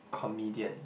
comedian